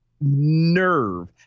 nerve